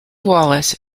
wallace